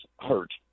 hurt